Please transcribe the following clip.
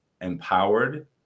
empowered